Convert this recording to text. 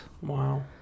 Wow